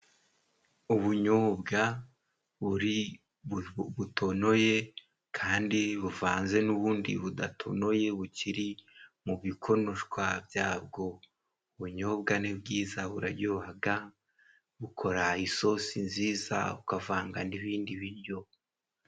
Ubunyobwa buri butonoye kandi buvanze n'ubundi budatonoye bukiri mu bikonoshwa byabwo. Ubunyobwa nibwiza buraryohaga, bukora isosi nziza ukavanga n'ibindi biryo.